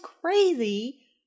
crazy